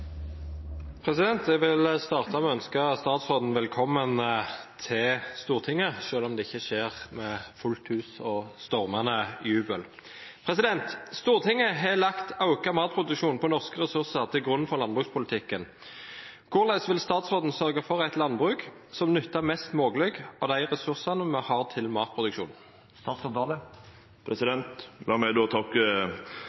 tilbake. Jeg vil starte med å ønske statsråden velkommen til Stortinget, selv om det ikke skjer med fullt hus og stormende jubel. «Stortinget har lagt økt matproduksjon på norske ressurser til grunn for landbrukspolitikken. Hvordan vil statsråden sørge for et landbruk som bruker mest mulig av de ressursene vi har, til matproduksjon?»